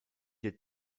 der